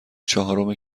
چهارم